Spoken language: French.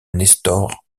nestor